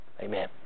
Amen